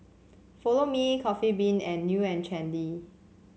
Follow Me Coffee Bean and New And Trendy